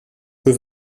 peu